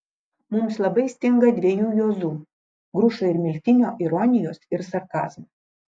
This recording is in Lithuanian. mums labai stinga dviejų juozų grušo ir miltinio ironijos ir sarkazmo